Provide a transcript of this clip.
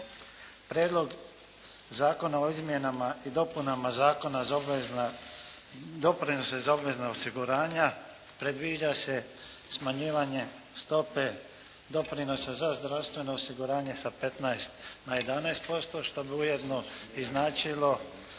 Prijedlog zakona o izmjenama i dopunama Zakona o doprinosima za obvezna osiguranja predviđa se smanjivanje stope doprinosa za zdravstveno osiguranje sa 15 na 11% što bi ujedno i značilo